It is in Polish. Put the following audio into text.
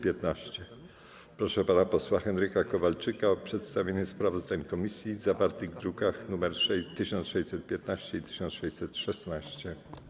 Proszę pana posła Henryka Kowalczyka o przedstawienie sprawozdań komisji zawartych w drukach nr 1615 i 1616.